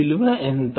విలువ ఎంత